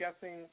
guessing